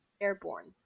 airborne